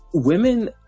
Women